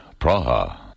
Praha